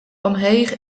omheech